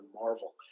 Marvel